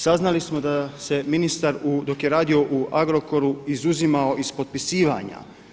Saznali smo da se ministar dok je radio u Agrokoru izuzimao iz potpisivanja.